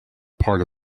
part